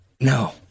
no